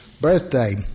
birthday